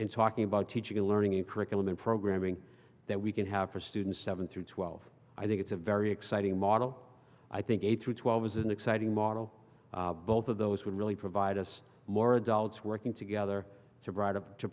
and talking about teaching and learning in curriculum and programming that we can have for students seven through twelve i think it's a very exciting model i think eight to twelve is an exciting model both of those would really provide us more adults working together to ri